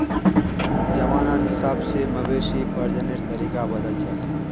जमानार हिसाब से मवेशी प्रजननेर तरीका बदलछेक